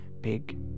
big